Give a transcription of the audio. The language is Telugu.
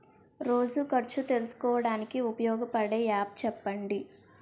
రోజు ఖర్చు తెలుసుకోవడానికి ఉపయోగపడే యాప్ చెప్పండీ?